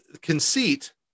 conceit